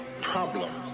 problems